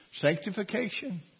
sanctification